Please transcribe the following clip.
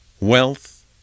wealth